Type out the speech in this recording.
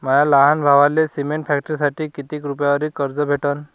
माया लहान भावाले सिमेंट फॅक्टरीसाठी कितीक रुपयावरी कर्ज भेटनं?